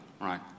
right